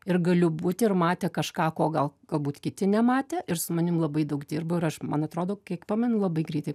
ir galiu būti ir matė kažką ko gal galbūt kiti nematė ir su manim labai daug dirbo ir aš man atrodo kiek pamenu labai greitai